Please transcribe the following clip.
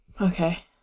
Okay